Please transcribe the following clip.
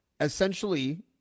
essentially